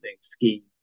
scheme